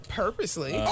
purposely